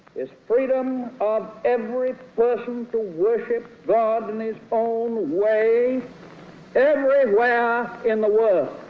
is freedom of every person to worship god in his own way everywhere in the world.